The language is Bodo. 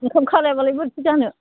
इनकाम खालामाबालाय बोरैथो जानो